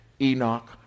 Enoch